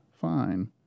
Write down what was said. fine